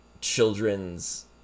children's